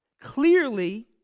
Clearly